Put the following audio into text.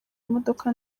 imodoka